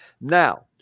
Now